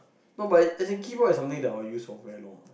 no but as in keyboard is something that I will use for very long